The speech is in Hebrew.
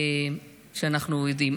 שאנחנו יודעים.